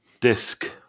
Disc